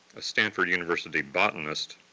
a stanford university botanist,